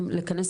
ולנו,